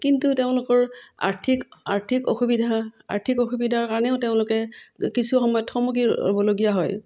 কিন্তু তেওঁলোকৰ আৰ্থিক আৰ্থিক অসুবিধা আৰ্থিক অসুবিধাৰ কাৰণেও তেওঁলোকে কিছু সময়ত থমকি ৰ'বলগীয়া হয়